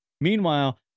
Meanwhile